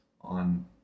on